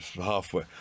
halfway